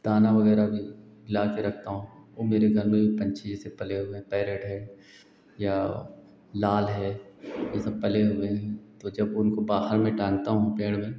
दाना वगैरह भी लाकर रखता हूँ और मेरे घर में पक्षी यह सब पले हुए हैं पैरेट है या लाल है यह सब पले हुए हैं तो जब भी उनको बाहर में टांगता हूँ पेड़ में